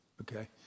Okay